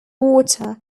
water